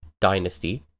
dynasty